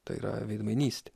tai yra veidmainystė